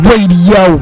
Radio